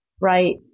right